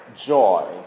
joy